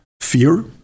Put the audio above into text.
fear